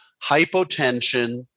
hypotension